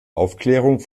aufklärung